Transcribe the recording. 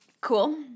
Cool